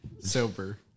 Sober